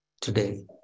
today